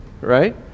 right